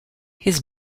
his